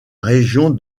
région